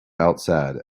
outside